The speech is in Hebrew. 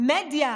מדיה,